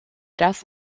death